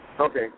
Okay